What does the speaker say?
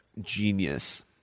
genius